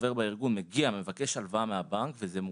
החבר בארגון מגיע מבקש הלוואה מהבנק וזה מאושר,